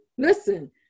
Listen